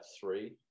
three